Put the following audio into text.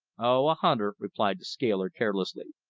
oh, a hunter, replied the scaler carelessly.